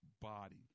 body